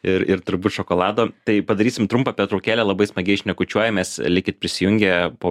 ir ir turbūt šokolado tai padarysim trumpą pertraukėlę labai smagiai šnekučiuojamės likit prisijungę po